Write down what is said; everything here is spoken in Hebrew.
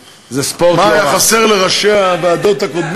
אני מוכן לוותר, ושמזכירת הכנסת תקרא את ההודעות.